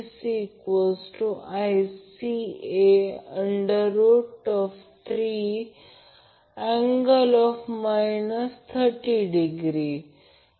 तर म्हणून Vab Vab रद्द केला जाईल म्हणून ICA IAB अँगल 240o असेल याचा अर्थ IBC ला देखील IAB अँगल 120o मिळेल